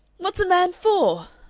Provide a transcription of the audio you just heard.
what's a man for?